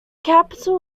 capital